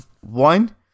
one